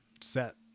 set